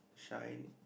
shine